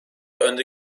önde